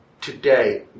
today